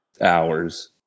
hours